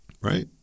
right